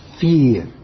fear